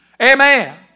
Amen